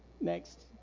Next